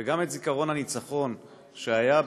וגם את זיכרון הניצחון שהיה,